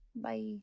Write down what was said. Bye